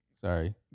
Sorry